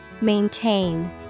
Maintain